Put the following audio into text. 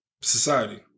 society